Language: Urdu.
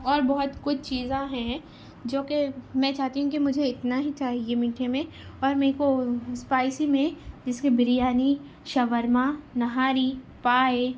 اور بہت کچھ چیزیں ہیں جو کہ میں چاہتی ہوں کہ مجھے اتنا ہی چاہیے میٹھے میں اور میرے کو اسپائسی میں جیسے کہ بریانی شورما نہاری پائے